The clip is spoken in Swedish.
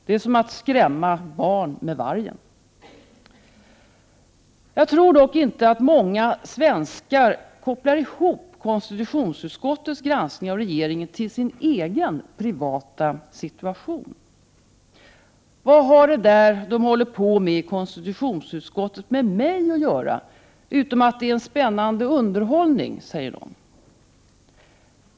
Det är som att skrämma barn med vargen. Jag tror dock inte att många svenskar kopplar ihop konstitutionsutskottets granskning av regeringen med sin egen privata situation. Vad har det där de håller på med i konstitutionsutskottet med mig att göra utom att det är en spännande underhållning, säger någon.